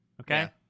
Okay